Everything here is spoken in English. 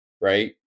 right